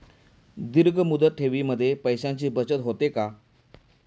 दीर्घ मुदत ठेवीमध्ये पैशांची बचत होते का?